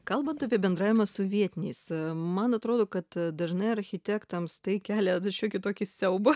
kalbant apie bendravimą su vietiniais man atrodo kad dažnai architektams tai kelia šiokį tokį siaubą